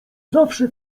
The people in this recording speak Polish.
zawsze